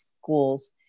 schools